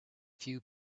few